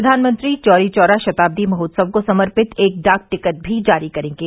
प्रधानमंत्री चौरी चौरा शताब्दी महोत्सव को समर्पित एक डाक टिकट भी जारी करेंगे